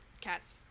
cats